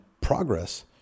progress